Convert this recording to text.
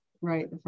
Right